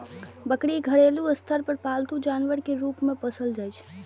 बकरी घरेलू स्तर पर पालतू जानवर के रूप मे पोसल जाइ छै